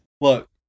Look